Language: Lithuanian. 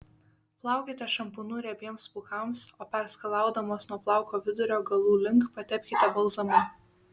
plaukite šampūnu riebiems plaukams o perskalaudamos nuo plauko vidurio galų link patepkite balzamu